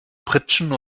pritschen